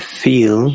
feel